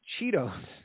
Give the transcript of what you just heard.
Cheetos